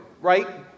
right